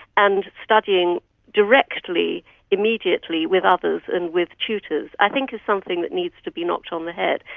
and studying directly immediately with others and with tutors i think something that needs to be knocked on the head.